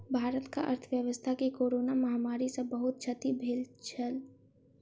भारतक अर्थव्यवस्था के कोरोना महामारी सॅ बहुत क्षति भेल छल